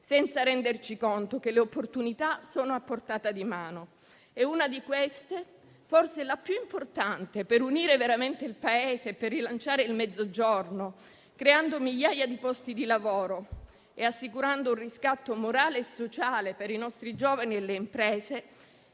senza renderci conto che le opportunità sono a portata di mano. Una di queste, forse la più importante per unire veramente il Paese e per rilanciare il Mezzogiorno, creando migliaia di posti di lavoro e assicurando un riscatto morale e sociale per i nostri giovani e le imprese,